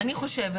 אני חושבת